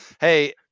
Hey